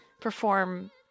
perform